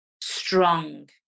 strong